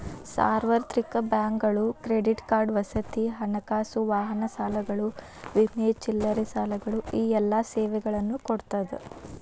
ಸಾರ್ವತ್ರಿಕ ಬ್ಯಾಂಕುಗಳು credit card ವಸತಿ ಹಣಕಾಸು ವಾಹನ ಸಾಲಗಳು ವಿಮೆ ಚಿಲ್ಲರೆ ಸಾಲಗಳು ಈ ಎಲ್ಲಾ ಸೇವೆಗಳನ್ನ ಕೊಡ್ತಾದ